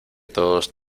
todos